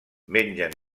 mengen